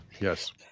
Yes